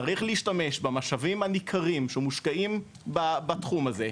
צריך להשתמש במשאבים הניכרים שמושקעים בתחום הזה,